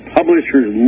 Publishers